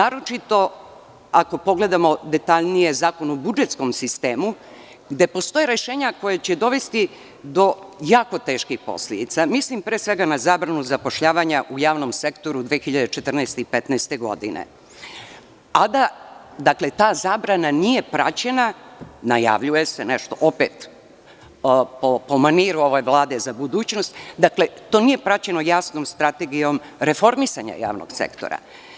Ako pogledamo detaljnije Zakon o budžetskom sistemu, gde postoje rešenja koja će dovesti do jako teških posledica, mislim pre svega na zabranu zapošljavanja u javnom sektoru 2014. i 2015. godine, a da ta zabrana nije praćena, najavljuje se nešto opet po maniru ove Vlade za budućnost, dakle, to nije praćeno jasnom strategijom reformisanja javnog sektora.